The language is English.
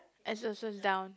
it's also down